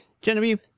Genevieve